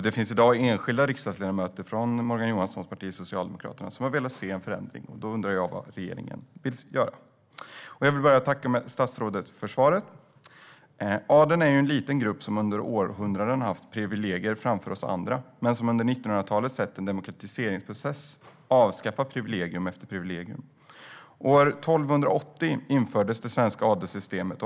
Det finns i dag enskilda riksdagsledamöter från Morgan Johanssons parti, Socialdemokraterna, som vill se en förändring. Därför undrar jag vad regeringen vill göra. Jag vill tacka statsrådet för svaret. Adeln är en liten grupp som under århundraden haft privilegier framför oss andra, men under 1900-talet har det skett en demokratiseringsprocess som inneburit avskaffandet av privilegium efter privilegium. År 1280 infördes det svenska adelssystemet.